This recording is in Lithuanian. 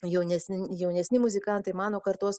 jaunesni jaunesni muzikantai mano kartos